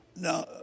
Now